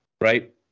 right